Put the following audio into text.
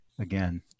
again